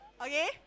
okay